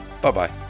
bye-bye